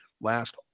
last